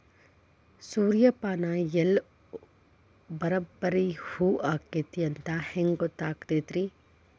ಸೂರ್ಯಪಾನ ಎಲ್ಲ ಬರಬ್ಬರಿ ಹೂ ಆಗೈತಿ ಅಂತ ಹೆಂಗ್ ಗೊತ್ತಾಗತೈತ್ರಿ?